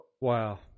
Wow